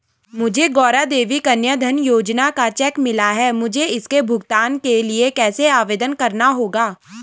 मुझे गौरा देवी कन्या धन योजना का चेक मिला है मुझे इसके भुगतान के लिए कैसे आवेदन करना होगा?